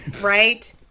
right